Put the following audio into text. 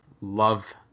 love